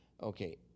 Okay